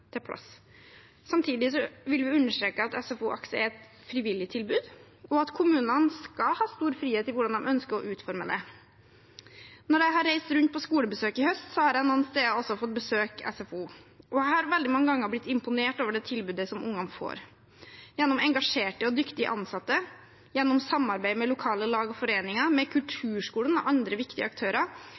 vil vi understreke at SFO/AKS er et frivillig tilbud, og at kommunene skal ha stor frihet i hvordan de ønsker å utforme det. Når jeg har reist rundt på skolebesøk i høst, har jeg noen steder også fått besøke SFO, og jeg har veldig mange ganger blitt imponert over det tilbudet som ungene får. Gjennom engasjerte og dyktige ansatte og gjennom samarbeid med lokale lag og foreninger, kulturskolen og andre viktige aktører